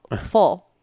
full